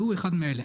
שהוא אחד מאלה: